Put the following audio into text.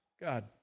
God